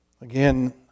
Again